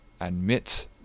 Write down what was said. admit